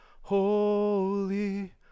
holy